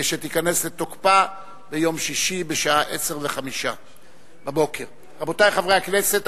שתיכנס לתוקפה ביום שישי בשעה 10:05. רבותי חברי הכנסת,